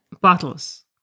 bottles